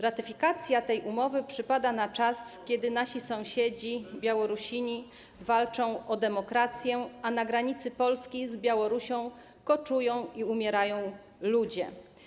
Ratyfikacja tej umowy przypada na czas, kiedy nasi sąsiedzi Białorusini walczą o demokrację, a na granicy polskiej z Białorusią koczują i umierają ludzie.